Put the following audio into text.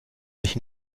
sich